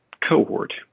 cohort